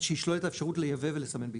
שישלול את האפשרות לייבא ולסמן בישראל.